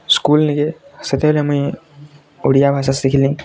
school ନିକେ ସେତେବେଳେ ମୁଇଁ ଓଡ଼ିଆ ଭାଷା ଶିଖିଲି